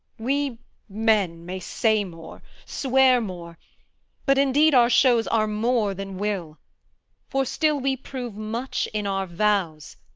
we men may say more, swear more but indeed our shows are more than will for still we prove much in our vows,